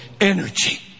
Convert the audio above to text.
energy